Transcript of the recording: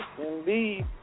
indeed